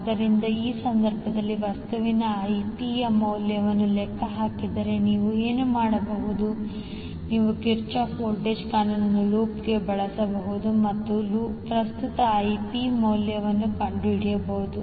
ಆದ್ದರಿಂದ ಆ ಸಂದರ್ಭದಲ್ಲಿ ಪ್ರಸ್ತುತ ಐಪಿಯ ಮೌಲ್ಯವನ್ನು ಲೆಕ್ಕ ಹಾಕಿದರೆ ನೀವು ಏನು ಮಾಡಬಹುದು ನೀವು ಕಿರ್ಚಾಫ್ ವೋಲ್ಟೇಜ್ ಕಾನೂನನ್ನು ಲೂಪ್ನಲ್ಲಿ ಬಳಸಬಹುದು ಮತ್ತು ಪ್ರಸ್ತುತ Ip ಮೌಲ್ಯವನ್ನು ಕಂಡುಹಿಡಿಯಬಹುದು